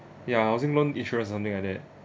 ya housing loan insurance something like that